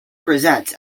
presents